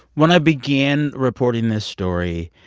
when i began reporting this story,